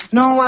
no